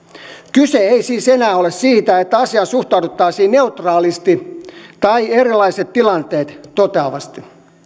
kyse ei siis enää ole siitä että asiaan suhtauduttaisiin neutraalisti tai erilaiset tilanteet toteavasti